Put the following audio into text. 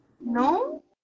no